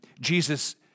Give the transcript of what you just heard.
Jesus